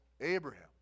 Abraham